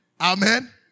Amen